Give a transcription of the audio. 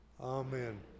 Amen